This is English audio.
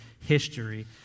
history